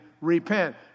repent